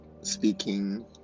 speaking